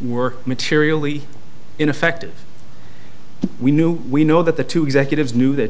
were materially ineffective we know we know that the two executives knew that